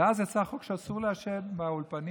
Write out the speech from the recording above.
ואז יצא חוק שאסור לעשן באולפנים,